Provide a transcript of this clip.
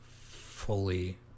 fully